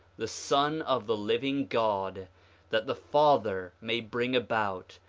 the son of the living god that the father may bring about,